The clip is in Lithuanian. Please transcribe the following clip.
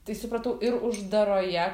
tai supratau ir uždaroje